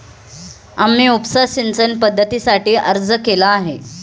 आम्ही उपसा सिंचन पद्धतीसाठी अर्ज केला आहे